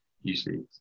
usually